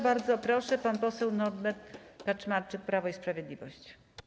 Bardzo proszę, pan poseł Norbert Kaczmarczyk, Prawo i Sprawiedliwość.